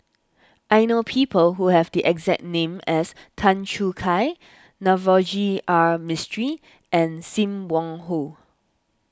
I know people who have the exact name as Tan Choo Kai Navroji R Mistri and Sim Wong Hoo